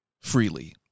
freely